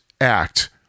act